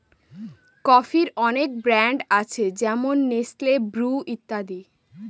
কফির অনেক ব্র্যান্ড আছে যেমন নেসলে, ব্রু ইত্যাদি